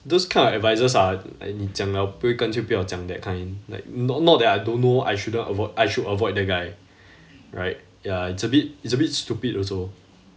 those kind of advices are 你讲了不会跟就不要讲 that kind like not not that I don't know I shouldn't avoid I should avoid the guy right ya it's a bit it's a bit stupid also